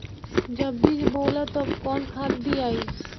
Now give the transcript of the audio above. जब बीज बोवाला तब कौन खाद दियाई?